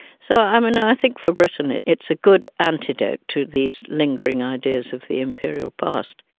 so um and i think for britain it's a good antidote to these lingering ideas of the imperial past.